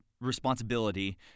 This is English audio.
responsibility